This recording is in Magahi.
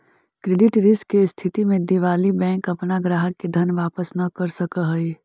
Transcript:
क्रेडिट रिस्क के स्थिति में दिवालि बैंक अपना ग्राहक के धन वापस न कर सकऽ हई